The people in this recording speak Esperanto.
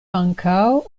ankaŭ